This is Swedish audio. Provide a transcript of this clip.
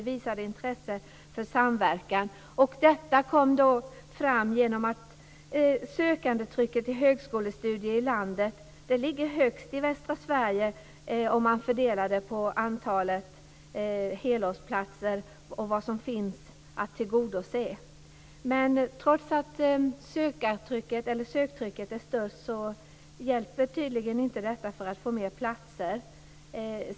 De visade intresse för samverkan. Detta kom till genom att sökandetrycket till högskolestudier i landet ligger högst i västra Sverige, om man fördelar det på antalet helårsplatser och vad som finns att tillgodose. Trots att sökandetrycket är störst hjälper tydligen inte detta för att få fler platser.